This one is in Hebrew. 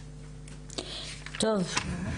טוב.